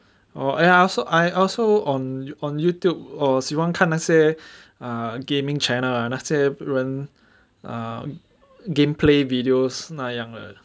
oh ya I also I also on on YouTube 我喜欢看那些 ah gaming channel ah 那些人 game play videos 那样的